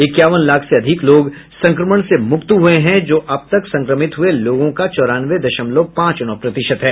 इक्यावन लाख से अधिक लोग संक्रमण से मुक्त हुए हैं जो अब तक संक्रमित हुए लोगों का चौरानवे दशमलव पांच नौ प्रतिशत है